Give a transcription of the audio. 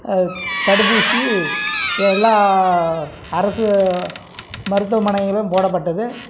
தடுப்பூசி எல்லா அரசு மருத்துவமனையிலும் போடப்பட்டது